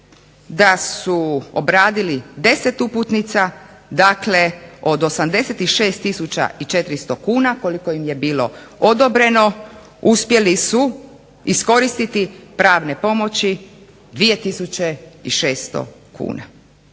da su obradili 10 uputnica, dakle od 86400 kuna koliko im je bilo odobreno uspjeli su iskoristiti pravne pomoći 2600 kuna.